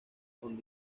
con